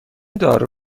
دارو